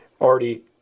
already